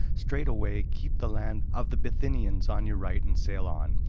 straightway keep the land of the bithynians on your right and sail on,